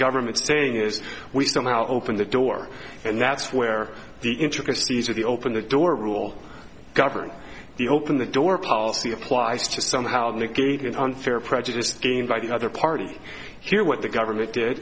government is saying is we somehow open the door and that's where the intricacies of the open the door rule govern the open the door policy applies to somehow negate unfair prejudice gained by the other party here what the government did